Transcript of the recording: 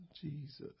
Jesus